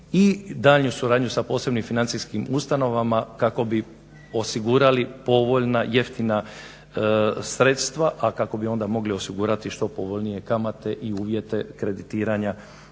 i daljnju suradnju sa posebnim financijskim ustanovama kako bi osigurali povoljna, jeftina sredstva, a kako bi onda mogli osigurati što povoljnije kamate i uvjete kreditiranja